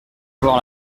avoir